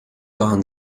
waren